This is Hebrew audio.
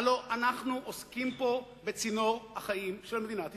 הלוא אנחנו עוסקים פה בצינור החיים של מדינת ישראל.